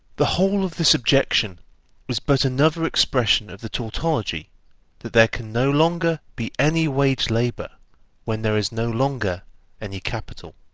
the whole of this objection is but another expression of the tautology that there can no longer be any wage-labour when there is no longer any capital.